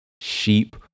sheep